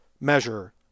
measure